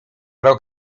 rok